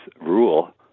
rule